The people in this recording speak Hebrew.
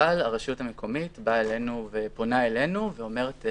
אבל הרשות המקומית פונה אלינו ואומרת: